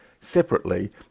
separately